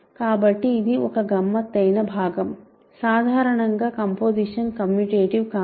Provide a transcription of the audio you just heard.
కాబట్టి ఇది ఒక గమ్మత్తైన భాగం సాధారణంగా కంపోసిషన్ కమ్యూటేటివ్ కాదు